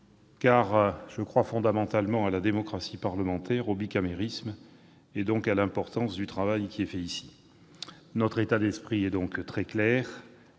je crois fondamentalement à la démocratie parlementaire, au bicamérisme et à l'importance du travail réalisé ici. Notre état d'esprit est très clair